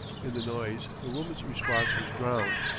in the noise the woman's response was drowned,